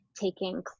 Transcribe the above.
taking